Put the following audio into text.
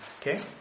Okay